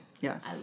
Yes